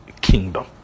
kingdom